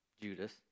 Judas